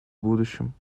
будущем